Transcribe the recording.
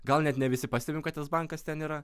gal net ne visi pastebim kad tas bankas ten yra